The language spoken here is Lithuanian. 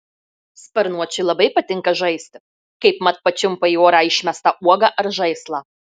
sparnuočiui labai patinka žaisti kaipmat pačiumpa į orą išmestą uogą ar žaislą